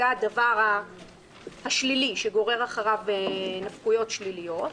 זה הדבר השלילי שגורר אחריו נפקויות שליליות,